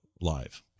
live